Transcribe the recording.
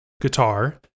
guitar